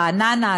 ברעננה,